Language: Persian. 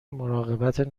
مراقبت